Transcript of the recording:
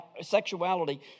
sexuality